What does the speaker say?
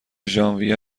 ژانویه